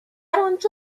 آنجا